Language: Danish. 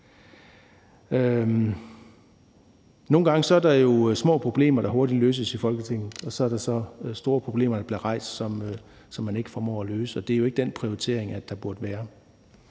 Nogle gange er der små problemer, der hurtigt løses i Folketinget, og så er der store problemer, der bliver rejst, som man ikke formår at løse – og det er jo ikke den prioritering, der burde være.